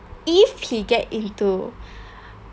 if he get into